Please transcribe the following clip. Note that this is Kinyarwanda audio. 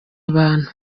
abantu